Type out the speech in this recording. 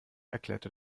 erklärte